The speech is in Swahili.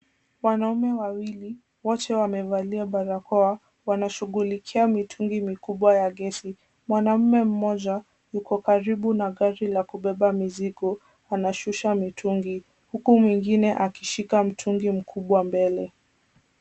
Wanaume wawili, wote wamevalia barakoa wanamshughulikia mitungi mikubwa ya gesi. Mwanaume mmoja ako karibu na gari la kubeba mizigo, anashusha mitungi huku mwingine akishika mtungi mkubwa mbele.